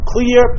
Clear